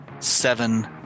Seven